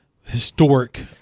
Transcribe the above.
historic